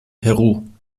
peru